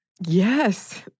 Yes